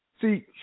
See